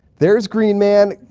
there's green man.